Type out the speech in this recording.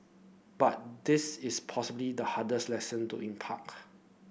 but this is possibly the hardest lesson to